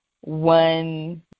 one